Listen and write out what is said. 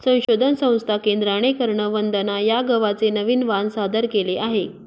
संशोधन संस्था केंद्राने करण वंदना या गव्हाचे नवीन वाण सादर केले आहे